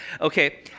okay